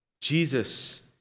Jesus